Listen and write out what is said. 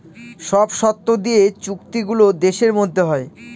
সব শর্ত দিয়ে চুক্তি গুলো দেশের মধ্যে হয়